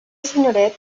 senyoret